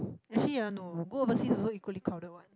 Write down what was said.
actually ya no go overseas also equally crowded one